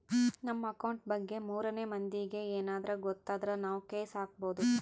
ನಮ್ ಅಕೌಂಟ್ ಬಗ್ಗೆ ಮೂರನೆ ಮಂದಿಗೆ ಯೆನದ್ರ ಗೊತ್ತಾದ್ರ ನಾವ್ ಕೇಸ್ ಹಾಕ್ಬೊದು